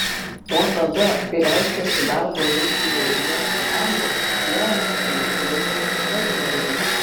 nuo tada kai reiškiasi darbo rinkoje ir ieško darbo jie oficialiai laikomi bedarbiais